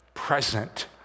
present